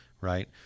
right